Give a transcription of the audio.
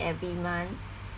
every month